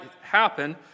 happen